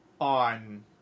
on